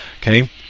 okay